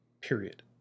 Period